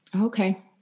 Okay